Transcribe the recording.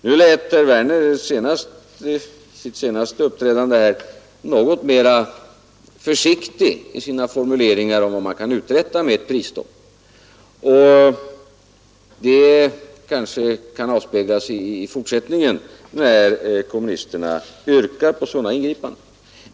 Nu lät herr Werner i sitt senaste uppträdande här något mera försiktig i sina formuleringar om vad man kan uträtta med ett prisstopp, och det kanske kan avspeglas i fortsättningen, när kommunisterna yrkar på sådana ingripanden.